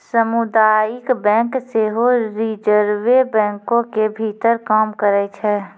समुदायिक बैंक सेहो रिजर्वे बैंको के भीतर काम करै छै